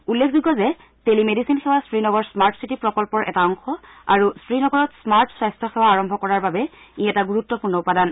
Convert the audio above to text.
উল্লেখযোগ্য যে টেলিমেডিচিন সেৱা শ্ৰীনগৰ স্মাৰ্ট চিটি প্ৰকল্পৰ এটা অংশ আৰু শ্ৰীনগৰত স্মাৰ্ট স্বাস্থ্য সেৱা আৰম্ভ কৰাৰ বাবে ই এটা গুৰুত্বপূৰ্ণ উপাদান